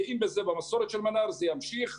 גאים בזה במסורת של מנה"ר, וזה ימשיך.